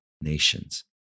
nations